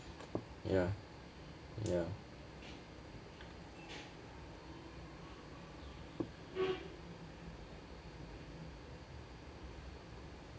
ya ya